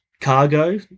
cargo